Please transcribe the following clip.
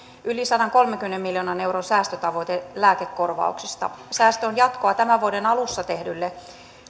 yli sadankolmenkymmenen miljoonan euron säästötavoite lääkekorvauksista säästö on jatkoa tämän vuoden alussa tehdylle